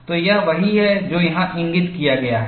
तो यह वही है जो यहाँ इंगित किया गया है